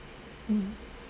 um